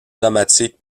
dramatiques